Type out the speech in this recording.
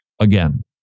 again